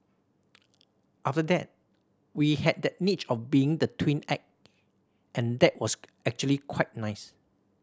after that we had that niche of being the twin act and that was actually quite nice